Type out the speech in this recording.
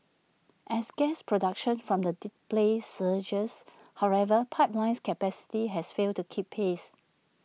as gas production from the Di play surges however pipelines capacity has failed to keep pace